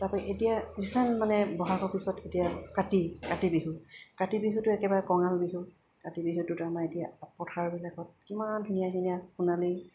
তাৰপা এতিয়া মানে বহাগৰ পিছত এতিয়া কাতি কাতি বিহু কাতি বিহুটো একেবাৰে কঙাল বিহু কাতি বিহুটোত আমাৰ এতিয়া পথাৰৰবিলাকত কিমান ধুনীয়া ধুনীয়া সোণালী